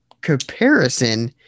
comparison